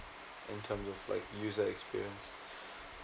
in terms of like user experience